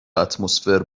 اتمسفر